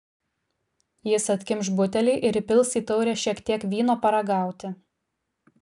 jis atkimš butelį ir įpils į taurę šiek tiek vyno paragauti